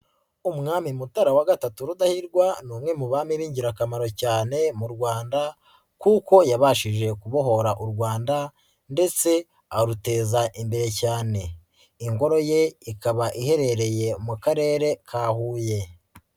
Umwami Mutara wa gatatu Rudahigwa ni umwe mu bami b'ingirakamaro cyane mu Rwanda kuko yabashije kubohora u Rwanda ndetse aruteza imbere cyane, ingoro ye ikaba iherereye mu Karere ka Huye.